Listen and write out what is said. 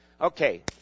Okay